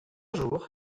jour